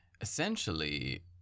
essentially